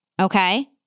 okay